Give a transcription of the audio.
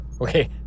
Okay